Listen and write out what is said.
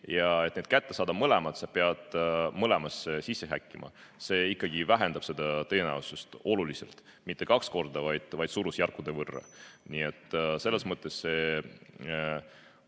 ja et need kätte saada, pead mõlemasse sisse häkkima. See ikkagi vähendab seda tõenäosust oluliselt, mitte kaks korda, vaid suurusjärkude võrra. Nii et selles mõttes see